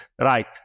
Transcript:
right